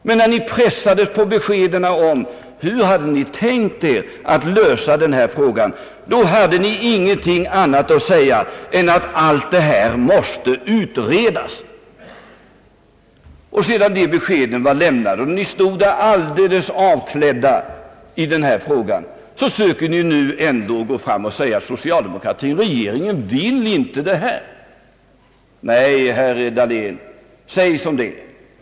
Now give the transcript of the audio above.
Men när ni pressades på besked om hur ni hade tänkt er att lösa frågan, hade ni ingenting annat att säga än att allt detta måste utredas. Sedan det beskedet lämnats och ni stod alldeles avklädda i den här frågan, söker ni nu ändå göra gällande att socialdemokratin och regeringen inte vill göra något. Nej, herr Dahlén, säg om det är!